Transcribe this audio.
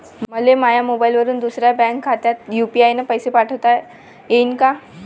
मले माह्या मोबाईलवरून दुसऱ्या बँक खात्यात यू.पी.आय न पैसे पाठोता येईन काय?